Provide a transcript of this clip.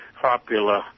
popular